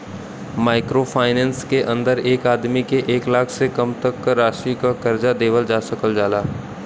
micro finance के अंदर एक आदमी के एक लाख से कम तक क राशि क कर्जा देवल जा सकल जाला